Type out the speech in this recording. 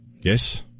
Yes